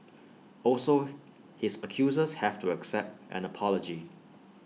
also his accusers have to accept an apology